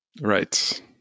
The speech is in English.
Right